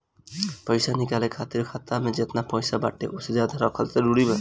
पईसा निकाले खातिर खाता मे जेतना पईसा बाटे ओसे ज्यादा रखल जरूरी बा?